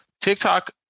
TikTok